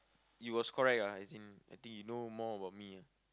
you was correct ah as in I think you know more about me ah